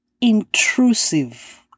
intrusive